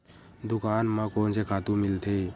दुकान म कोन से खातु मिलथे?